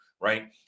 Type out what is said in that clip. right